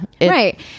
Right